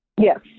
Yes